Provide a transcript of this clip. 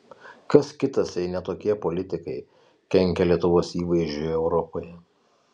kas kitas jei ne tokie politikai kenkia lietuvos įvaizdžiui europoje